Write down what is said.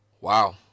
Wow